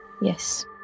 Yes